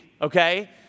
okay